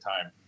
time